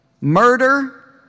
murder